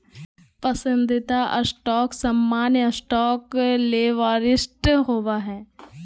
पसंदीदा स्टॉक सामान्य स्टॉक ले वरिष्ठ होबो हइ